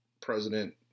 president